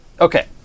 Okay